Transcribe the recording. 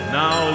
now